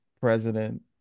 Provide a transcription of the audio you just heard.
president